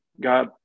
got